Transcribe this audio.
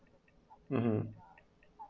mmhmm